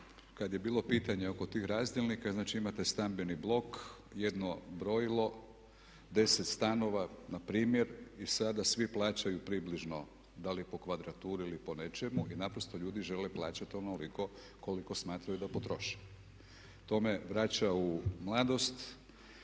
kad je bilo pitanje oko tih razdjelnika znači imate stambeni blok jedno brojilo 10 stanova npr. i sada svi plaćaju približno da li po kvadraturi ili po nečemu i naprosto ljudi žele plaćati onoliko koliko smatraju da potroše. To me vraća u mladost